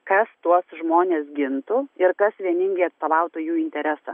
kas tuos žmones gintų ir kas vieningai atstovautų jų interesą